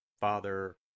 Father